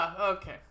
Okay